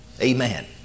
Amen